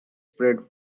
spread